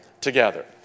together